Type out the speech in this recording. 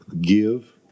give